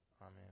Amen